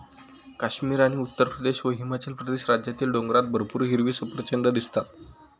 काश्मीर आणि उत्तरप्रदेश व हिमाचल प्रदेश राज्यातील डोंगरात भरपूर हिरवी सफरचंदं दिसतात